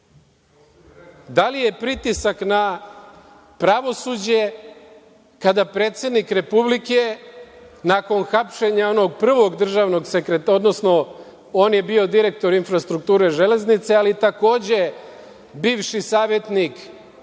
li je pritisak na pravosuđe kada predsednik Republike, nakon hapšenja onog prvog državnog sekretara, odnosno on je bio direktor „Infrastrukture železnice“, ali takođe, bivši savetnik ministra